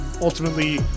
ultimately